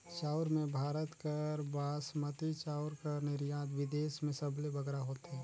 चाँउर में भारत कर बासमती चाउर कर निरयात बिदेस में सबले बगरा होथे